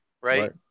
right